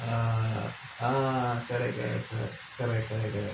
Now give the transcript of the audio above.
ah correct correct correct